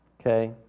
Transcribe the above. Okay